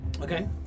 Okay